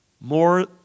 more